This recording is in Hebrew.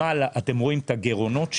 למעלה אתם רואים את הגירעונות שעלו,